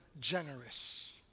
Generous